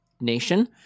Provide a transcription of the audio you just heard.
nation